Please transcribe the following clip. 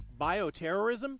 Bioterrorism